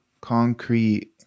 concrete